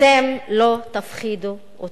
אתם לא תפחידו אותי.